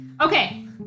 Okay